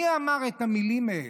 מי אמר את המילים האלה?